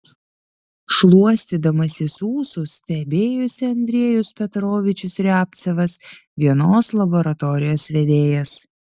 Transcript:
šluostydamasis ūsus stebėjosi andrejus petrovičius riabcevas vienos laboratorijos vedėjas